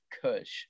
Kush